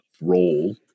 role